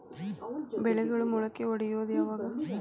ಬೆಳೆಗಳು ಮೊಳಕೆ ಒಡಿಯೋದ್ ಯಾವಾಗ್?